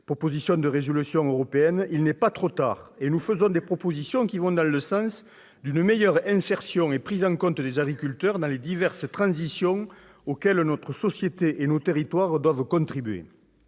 proposition de résolution européenne. C'est pourquoi nous faisons des propositions qui vont dans le sens d'une meilleure insertion et d'une meilleure prise en compte des agriculteurs dans les diverses transitions auxquelles notre société et nos territoires doivent contribuer.